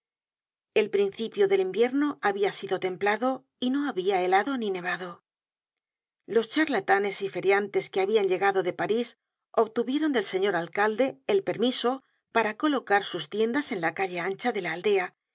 el principio del invierno habia sido templado y no habia helado ni nevado los charlatanes y feriantes que habían llegado de paris obtuvieron del señor alcalde el permiso para colocar sus tiendas en la calle ancha de la aldea